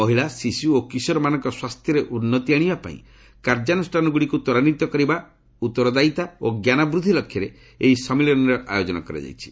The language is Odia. ମହିଳା ଶିଶୁ ଓ କିଶୋରମାନଙ୍କ ସ୍ପାସ୍ଥ୍ୟରେ ଉନ୍ନତି ଆଣିବା ପାଇଁ କାର୍ଯ୍ୟାନୁଷ୍ଠାନଗୁଡ଼ିକୁ ତ୍ୱରାନ୍ୱିତ କରିବା ଉତ୍ତରଦାୟୀତା ଓ ଜ୍ଞାନ ବୃଦ୍ଧି ଲକ୍ଷ୍ୟରେ ଏହି ସମ୍ମିଳନୀର ଆୟୋଜନ କରାଯାଇଛି